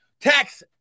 Tax